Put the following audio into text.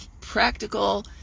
practical